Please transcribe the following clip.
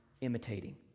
imitating